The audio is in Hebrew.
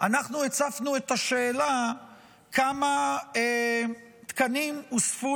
אנחנו הצפנו את השאלה כמה תקנים הוספו